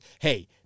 hey –